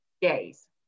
days